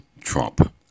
Trump